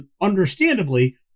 understandably